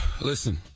Listen